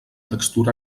textura